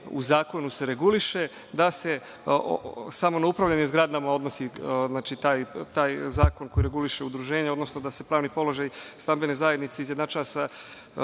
u zakonu reguliše da se, samo na upravljanje zgradama, odnosi taj zakon koji reguliše udruženja, odnosno da se pravni položaj stambene zajednice izjednačava